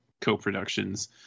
co-productions